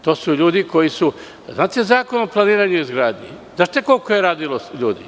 To su ljudi koji su, znate Zakon o planiranju i izgradnji koliko je radilo ljudi?